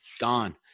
gone